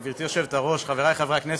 גברתי היושבת-ראש, חברי חברי הכנסת,